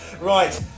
right